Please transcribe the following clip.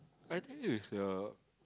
I think is a